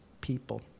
people